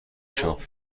شاپ